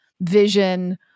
vision